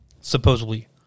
Supposedly